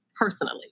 personally